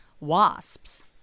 wasps